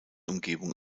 umgebung